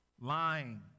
lying